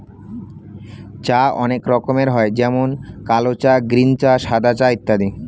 চা অনেক রকমের হয় যেমন কালো চা, গ্রীন চা, সাদা চা ইত্যাদি